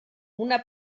una